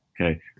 okay